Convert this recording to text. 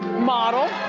model?